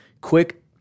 Quick